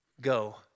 go